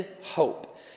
hope